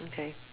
okay